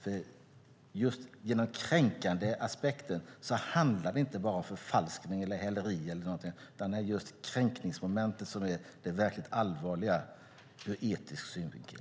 Själva den kränkning som detta innebär gör att det inte bara handlar om förfalskning, häleri eller liknande. Det är just kränkningsmomentet som är det verkligt allvarliga ur etisk synvinkel.